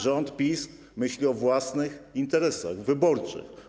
Rząd PiS myśli o własnych interesach wyborczych.